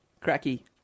Cracky